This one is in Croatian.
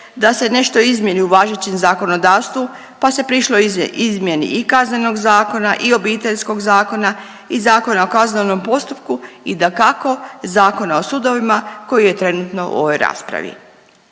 da se nešto izmjeni u važećem zakonodavstvu, pa se prišlo izmjeni i KZ, i Obiteljskog zakona i Zakona o kaznenom postupku i dakako Zakona o sudovima koji je trenutno u ovoj raspravi.